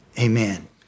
amen